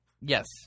Yes